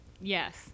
yes